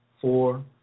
four